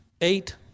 Eight